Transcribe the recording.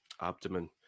abdomen